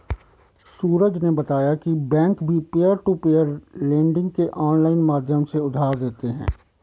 सूरज ने बताया की बैंक भी पियर टू पियर लेडिंग के ऑनलाइन माध्यम से उधार देते हैं